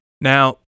Now